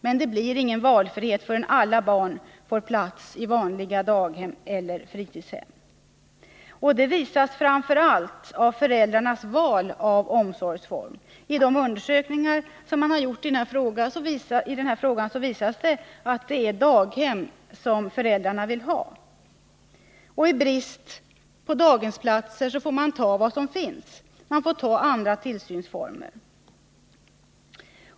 Men det blir ingen valfrihet förrän alla barn får plats i vanliga daghem eller fritidshem. Det visas framför allt av föräldrarnas val av omsorgsform. Av de undersökningar som har gjorts framgår att det är daghem föräldrarna vill ha. Men i brist på detta får föräldrarna ta vad som finns och acceptera andra tillsynsformer.